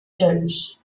shows